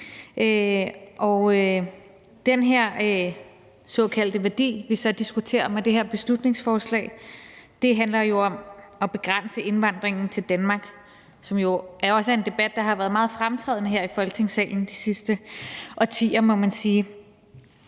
den her såkaldte værdi, vi diskuterer med det her beslutningsforslag, handler om at begrænse indvandringen til Danmark, hvilket jo også er en debat, som har været meget fremtrædende her i Folketingssalen de sidste årtier, må man sige.